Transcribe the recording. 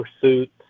pursuits